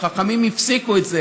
וחכמים הפסיקו את זה.